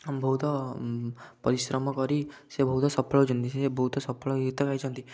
ଆମ ବହୁତ ପରିଶ୍ରମ କରି ସେ ବହୁତ ସଫଳ ହୋଇଛନ୍ତି ସେ ବହୁତ ସଫଳ ଗୀତ ଗାଇଛନ୍ତି